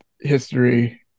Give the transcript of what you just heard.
history